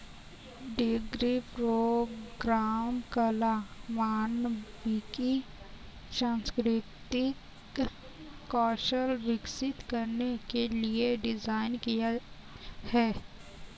degree program कला, मानविकी, सांस्कृतिक कौशल विकसित करने के लिए डिज़ाइन किया है